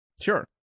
Sure